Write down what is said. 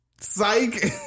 Psych